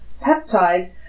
peptide